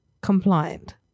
compliant